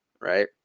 right